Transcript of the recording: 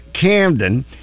Camden